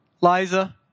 Liza